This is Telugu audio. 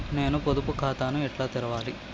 నేను పొదుపు ఖాతాను ఎట్లా తెరవాలి?